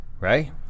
right